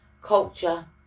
culture